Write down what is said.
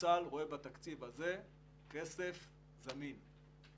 שצה"ל רואה בתקציב הזה כסף זמין.